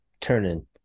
turning